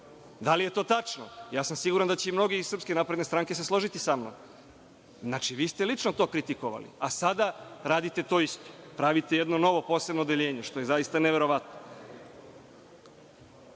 Da li je to tačno? Ja sam siguran da će se i mnogi iz SNS složiti sa mnom. Znači, vi ste lično to kritikovali, a sada radite to isto. Pravite jedno novo posebno odeljenje, što je zaista neverovatno. Osnovni